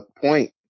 point